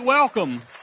Welcome